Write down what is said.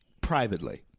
privately